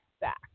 back